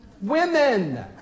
Women